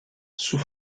sous